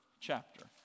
chapter